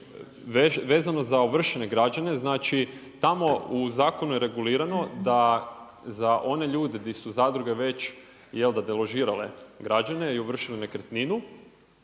vezano za ovršene građane. Znači, tamo u zakonu je regulirano da za one ljude di su zadruge već, jel' da deložirale građane i ovršile nekretninu,